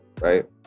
right